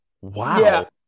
wow